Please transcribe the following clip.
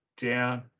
down